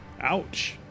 Ouch